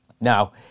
Now